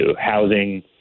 housing